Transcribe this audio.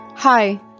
hi